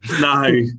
No